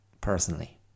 personally